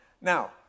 now